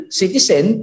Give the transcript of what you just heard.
citizen